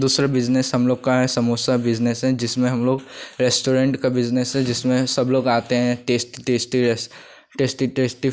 दूसरा बिज़नेस हम लोग क है समोसा बिज़नेस है जिसमें हम लोग रेस्टोरेंट का बिज़नेस है जिसमें सब लोग आते हैं टेस्टी टेस्टी टेस्टी टेस्टी फू